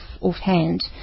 offhand